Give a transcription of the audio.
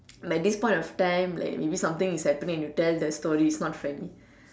but this point of time maybe something is happening and you tell the story and it's not funny